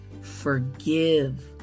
forgive